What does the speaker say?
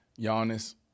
Giannis